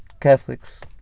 Catholics